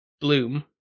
Bloom